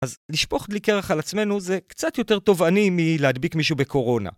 אז לשפוך דלי קרח על עצמנו זה קצת יותר תובעני מלהדביק מישהו בקורונה